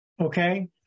Okay